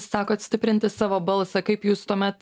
sakot stiprinti savo balsą kaip jūs tuomet